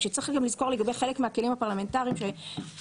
כשצריך גם לזכור לגבי חלק מהכלים הפרלמנטרים שנעשה